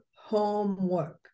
homework